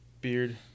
beard